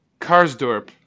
Karsdorp